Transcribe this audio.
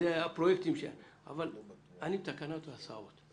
אבל אני בתקנות ההסעות.